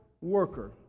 worker